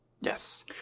yes